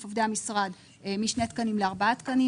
עובדי המשרד משני תקנים לארבעה תקנים,